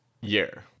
year